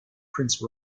prince